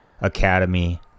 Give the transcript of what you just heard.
Academy